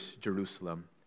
Jerusalem